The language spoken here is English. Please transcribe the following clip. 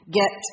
get